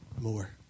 more